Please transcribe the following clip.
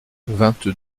vingt